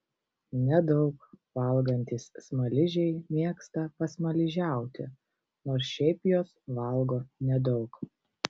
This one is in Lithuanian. nedaug valgantys smaližiai mėgsta pasmaližiauti nors šiaip jos valgo nedaug